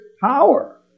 power